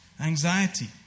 Anxiety